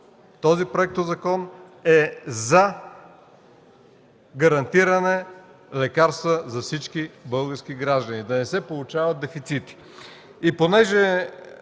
Този законопроект е за гарантиране лекарства за всички български граждани – да не се получават дефицити.